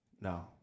No